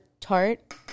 tart